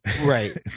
right